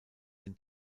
den